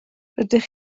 rydych